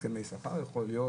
אולי צריך הסכמי שכר למורים,